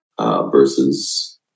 Versus